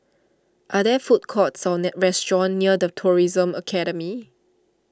are there food courts or restaurants near the Tourism Academy